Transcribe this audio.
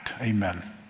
Amen